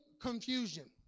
confusion